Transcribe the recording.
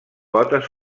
potes